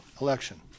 election